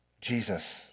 Jesus